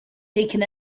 taken